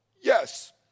Yes